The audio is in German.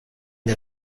der